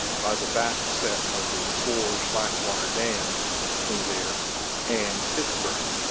by the back-set of the four slack-water dams between there and pittsburg.